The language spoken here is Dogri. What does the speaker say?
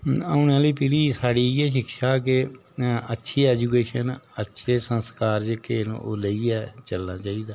ओने आह्ली पीढ़ी साढ़ी इ'यै शिक्षा के अच्छी एजुकेशन अच्छे संस्कार जेह्के न ओह् लेइयै चलना चाहिदा